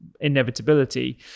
inevitability